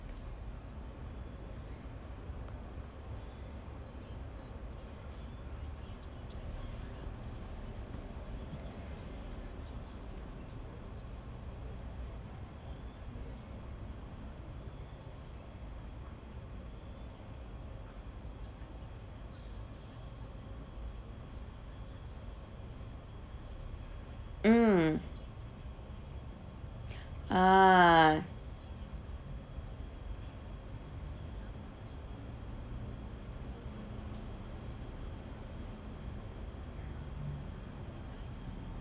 mm ah